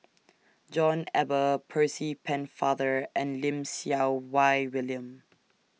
John Eber Percy Pennefather and Lim Siew Wai William